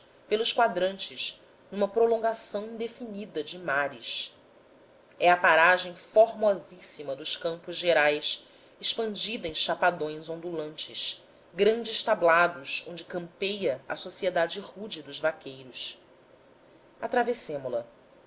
pelos quadrantes numa prolongação indefinida de mares é a paragem formosíssima dos campos gerais expandida em chapadões ondulantes grandes tablados onde campeia a sociedade rude dos vaqueiros